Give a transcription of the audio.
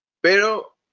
pero